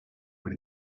but